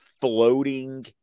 floating